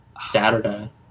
Saturday